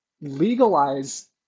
legalize